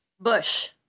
Bush